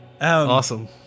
Awesome